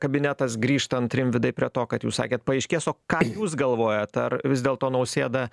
kabinetas grįžtant rimvydai prie to kad jūs sakėt paaiškės o ką jūs galvojat ar vis dėlto nausėda